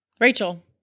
Rachel